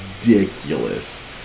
ridiculous